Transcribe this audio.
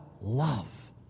love